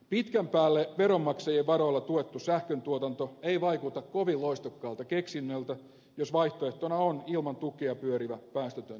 pitkän päälle veronmaksajien varoilla tuettu sähköntuotanto ei vaikuta kovin loistokkaalta keksinnöltä jos vaihtoehtona on ilman tukea pyörivä päästötön tuotanto